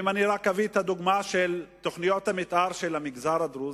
אם אני רק אביא את הדוגמה של תוכניות המיתאר של המגזר הדרוזי,